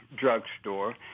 drugstore